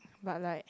but like